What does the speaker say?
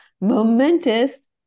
momentous